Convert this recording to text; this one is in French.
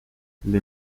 les